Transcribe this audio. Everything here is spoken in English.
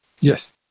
Yes